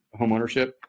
homeownership